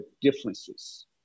differences